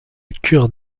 cure